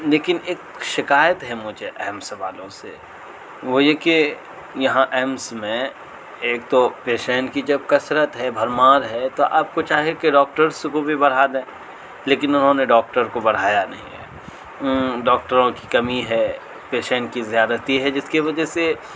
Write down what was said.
لیکن ایک شکایت ہے مجھے ایمس والوں سے وہ یہ کہ یہاں ایمس میں ایک تو پیشینٹ کی جب کثرت ہے بھرمار ہے تو آپ کو چاہیے کہ ڈاکٹرس کو بھی بڑھا دیں لیکن انہوں نے ڈاکٹر کو بڑھایا نہیں ہے ڈاکٹروں کی کمی ہے پیشینٹ کی زیادتی ہے جس کی وجہ سے